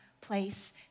place